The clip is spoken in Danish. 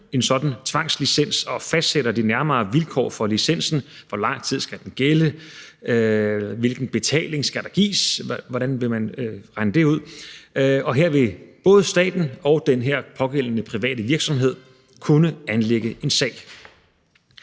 en sådan tvangslicens og fastsætter de nærmere vilkår for licensen – hvor lang tid den skal gælde, hvilken betaling der skal gives, og hvordan man vil regne det ud. Her vil både staten og den her pågældende private virksomhed kunne anlægge en sag.